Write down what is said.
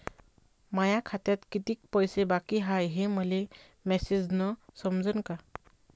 माया खात्यात कितीक पैसे बाकी हाय हे मले मॅसेजन समजनं का?